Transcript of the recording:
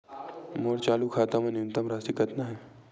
मोर चालू खाता मा न्यूनतम राशि कतना हे?